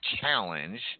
challenge